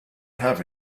have